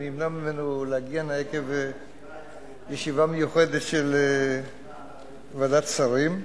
שנמנע ממנו להגיע הנה עקב ישיבה מיוחדת של ועדת שרים,